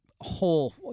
whole